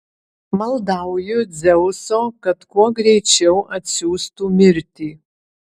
maldauju dzeuso kad kuo greičiau atsiųstų mirtį